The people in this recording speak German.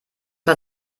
hat